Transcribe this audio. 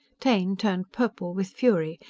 taine turned purple with fury.